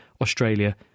Australia